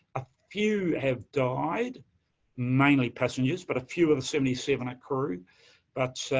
a few have died mainly passengers, but a few of the seventy seven are crew, but,